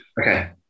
okay